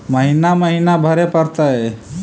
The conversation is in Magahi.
महिना महिना भरे परतैय?